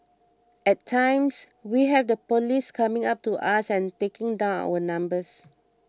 at times we have the police coming up to us and taking down our numbers